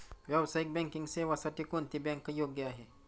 व्यावसायिक बँकिंग सेवांसाठी कोणती बँक योग्य आहे?